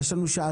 יש לנו שעתיים.